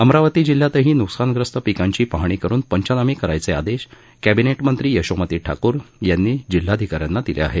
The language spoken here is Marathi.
अमरावती जिल्ह्यातही न्कसानग्रस्त पिकाची पाहणी करून पंचनामे करण्याचे आदेश कॅबिनेट मंत्री यशोमती ठाकूर यांनी जिल्हाधिकाऱ्यांना दिले आहेत